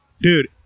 dude